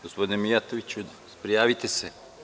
Gospodine Mijatoviću, prijavite se.